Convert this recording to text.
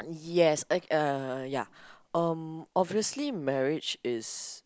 yes uh ya um obviously marriage is